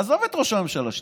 עזוב את ראש הממשלה שנייה,